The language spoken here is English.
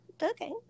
Okay